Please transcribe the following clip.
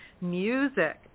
music